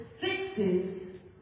fixes